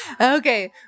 Okay